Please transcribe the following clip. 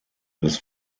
des